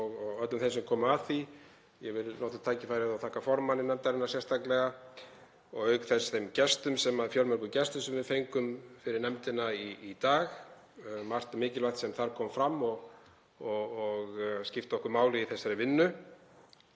og öllum þeim sem komu að því. Ég vil nota tækifærið og þakka formanni nefndarinnar sérstaklega og auk þess þeim fjölmörgum gestum sem við fengum fyrir nefndina í dag, margt mikilvægt sem þar kom fram og skipti okkur máli í þessari vinnu.